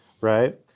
right